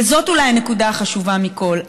וזאת אולי הנקודה החשובה מכול,